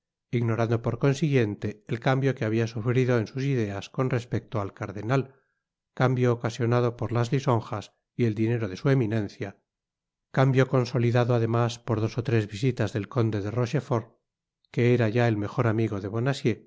ignorando por consiguiente el cambio que habia sufrido en sus ideas con respecto al cardenal cambio ocasionado por las lisonjas y el dinero de su eminencia cambie consolidado además por dos ó tres visitas del conde de rochefort que era ya el mejor amigo de